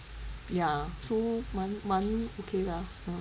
ya so 蛮蛮 okay 的 ah